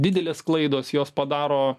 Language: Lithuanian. didelės klaidos jos padaro